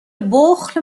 بخل